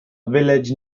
village